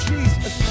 Jesus